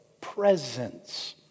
presence